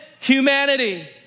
humanity